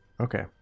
okay